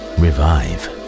revive